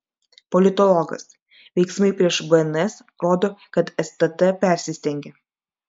politologas veiksmai prieš bns rodo kad stt persistengė